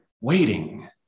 waiting